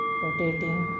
rotating